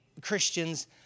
Christians